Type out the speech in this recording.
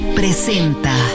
presenta